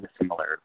similar